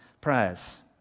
prayers